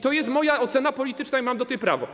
To jest moja ocena polityczna i mam do niej prawo.